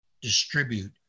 distribute